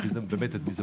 את מי זה באמת מעניין?